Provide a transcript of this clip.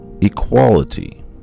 equality